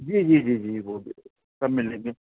جی جی جی جی وہ بھی سب ملیں گے